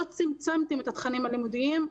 לא צמצמתם את התכנים הלימודיים.